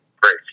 great